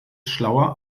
schlauer